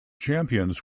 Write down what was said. champions